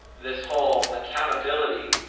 this whole accountability